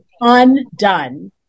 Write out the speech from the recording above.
undone